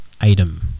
item